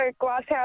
Glasshouse